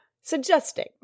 suggesting